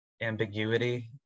ambiguity